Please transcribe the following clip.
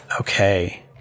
Okay